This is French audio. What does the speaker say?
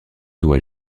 doit